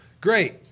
Great